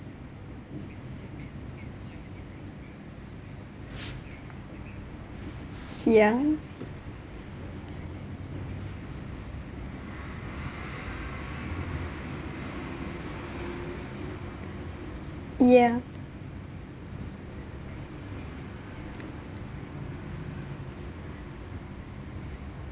yeah yeah